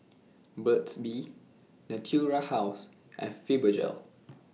Burt's Bee Natura House and Fibogel